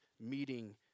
meeting